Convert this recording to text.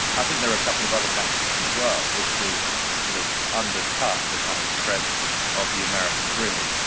i think there are a couple of other factors as well, which has sort of undercut the kind of strength of the american dream.